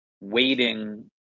waiting